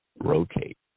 Rotate